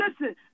listen